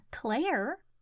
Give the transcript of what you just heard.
Claire